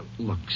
Look